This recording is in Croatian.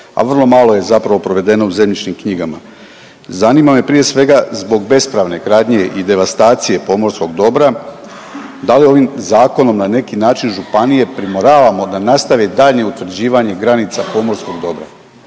a vrlo malo je zapravo provedeno u zemljišnim knjigama. Zanima me prije svega zbog bespravne gradnje i devastacije pomorskog dobra da li ovim zakonom na neki način županije primoravamo da nastave daljnje utvrđivanje granica pomorskog dobra?